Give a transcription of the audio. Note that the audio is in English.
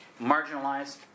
marginalized